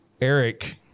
Eric